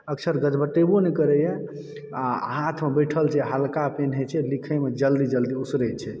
अक्षर गजबटेबो नहि करैयि आ हाथ में बैठल छै आ हल्का पेन होइ छै लिखय मे जल्दी जल्दी उसरए छै